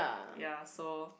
ya so